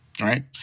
right